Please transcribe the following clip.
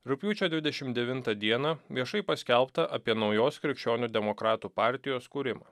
rugpjūčio dvidešim devintą dieną viešai paskelbta apie naujos krikščionių demokratų partijos kūrimą